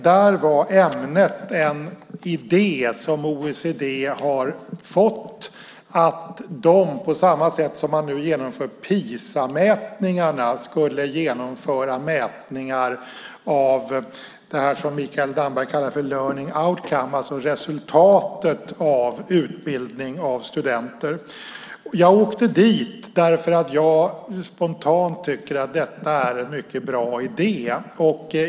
Där var ämnet en idé som OECD har fått, nämligen att de, på samma sätt som man nu genomför PISA-mätningarna, skulle genomföra mätningar av det som Mikael Damberg kallar för learning outcome , alltså resultatet av utbildning av studenter. Jag åkte dit eftersom jag spontant tycker att detta är en mycket bra idé.